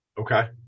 Okay